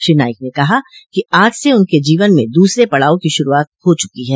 श्री नाईक ने कहा कि आज से उनके जीवन में दूसरे पड़ाव की शुरूआत हो चुकी है